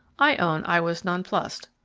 i own i was nonplussed,